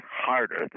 harder